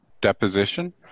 deposition